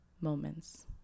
moments